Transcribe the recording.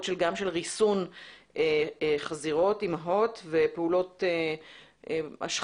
גם של ריסון חזירות אימהות ופעולות השחתה,